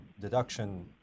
deduction